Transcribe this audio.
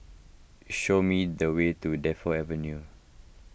show me the way to Defu Avenue